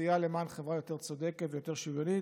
עשייה למען חברה יותר צודקת ויותר שוויונית.